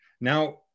now